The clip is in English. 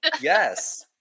yes